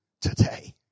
today